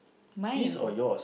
mine